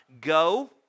go